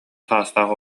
саастаах